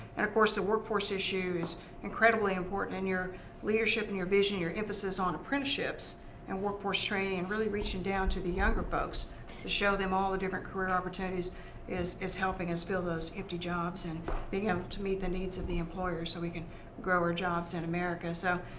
and of course, the workforce issue is incredibly important. and your leadership, and your vision, your emphasis on apprenticeships and workforce training and really reaching down to the younger folks to show them all the different career opportunities is is helping us fill those empty jobs and being able to meet the needs of the employers so we can grow our jobs in america. so,